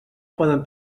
poden